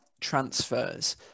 transfers